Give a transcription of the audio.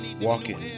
walking